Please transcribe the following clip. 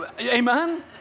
Amen